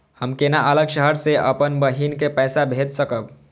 हम केना अलग शहर से अपन बहिन के पैसा भेज सकब?